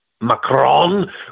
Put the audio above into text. Macron